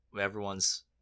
everyone's